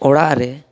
ᱚᱲᱟᱜ ᱨᱮ